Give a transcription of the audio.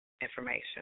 Information